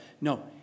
No